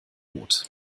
rot